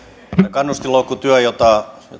kannustinloukkutyön jota